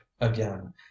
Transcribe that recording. again